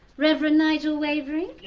reverend nigel wavering.